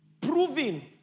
proving